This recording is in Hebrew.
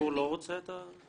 הציבור לא רוצה את התרבות?